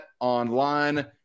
Online